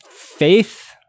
faith